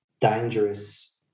dangerous